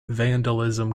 vandalism